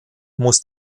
muss